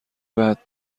بعد